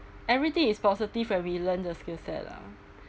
everything is positive when we learn the skill set lah